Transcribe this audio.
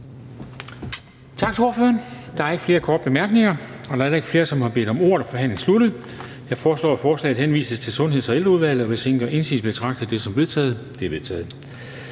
Tak til ordføreren. Der er ikke flere korte bemærkninger. Da der ikke er flere, som har bedt om ordet, er forhandlingen sluttet. Jeg foreslår, at forslaget henvises til Sundheds- og Ældreudvalget. Hvis ingen gør indsigelse, betragter jeg det som vedtaget. Det er vedtaget.